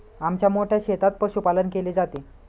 आमच्या मोठ्या शेतात पशुपालन केले जाते